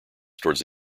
towards